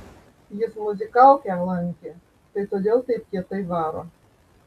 jis muzikalkę lankė tai todėl taip kietai varo